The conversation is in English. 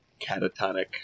catatonic